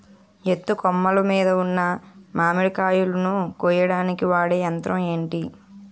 ఎత్తు కొమ్మలు మీద ఉన్న మామిడికాయలును కోయడానికి వాడే యంత్రం ఎంటి?